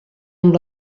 amb